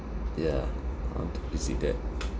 yeah I want to visit that